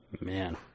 Man